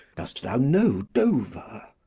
dost thou know dover?